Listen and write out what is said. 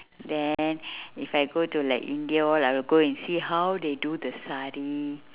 then if I go to like india all I will go and see how they do the sari